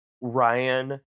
ryan